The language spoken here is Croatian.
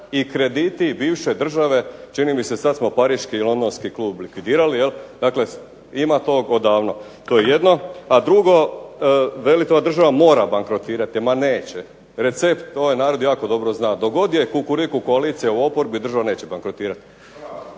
i krediti bivše države čini mi se sad smo Pariški i Londonski klub likvidirali. Dakle, ima tog odavno. To je jedno. A drugo, velite ova država mora bankrotirati. Ma neće! Recept ovaj narod jako dobro zna. Dok god je kukuriku koalicija u oporbi država neće bankrotirati.